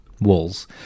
walls